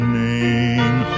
name